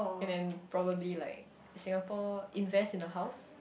and then probably like Singapore invest in a house